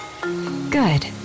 Good